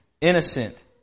innocent